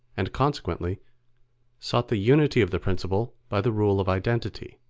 and consequently sought the unity of the principle by the rule of identity